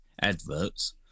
adverts